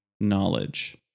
knowledge